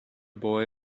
boy